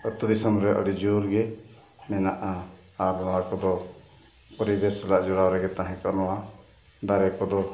ᱟᱛᱳ ᱫᱤᱥᱚᱢ ᱨᱮ ᱟᱹᱰᱤ ᱡᱳᱨ ᱜᱮ ᱢᱮᱱᱟᱜᱼᱟ ᱟᱨ ᱱᱚᱣᱟ ᱠᱚᱫᱚ ᱯᱚᱨᱤᱵᱮᱥ ᱥᱟᱞᱟᱜ ᱡᱚᱲᱟᱣ ᱨᱮᱜᱮ ᱛᱟᱦᱮᱸ ᱠᱚᱜ ᱱᱚᱣᱟ ᱫᱟᱨᱮ ᱠᱚᱫᱚ